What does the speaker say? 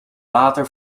later